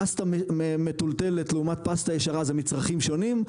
-- פסטה מתולתלת לעומת פסטה ישרה זה מצרכים שונים?